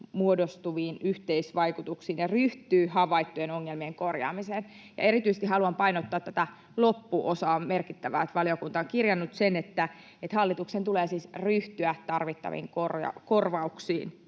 muodostuviin yhteisvaikutuksiin ja ryhtyy havaittujen ongelmien korjaamiseen.” Erityisesti haluan painottaa tätä loppuosaa. On merkittävää, että valiokunta on kirjannut sen, että hallituksen tulee siis ryhtyä tarvittaviin korvauksiin